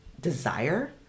desire